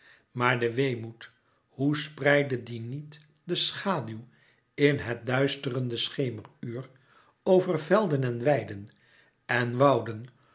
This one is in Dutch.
maar de weemoed hoe spreidde die niet de schaduw in het duisterende schemeruur over velden en weiden en wouden